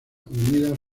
unidas